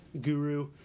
guru